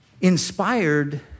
Inspired